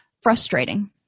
frustrating